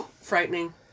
Frightening